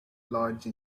lodge